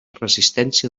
resistència